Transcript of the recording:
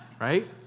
right